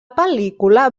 pel·lícula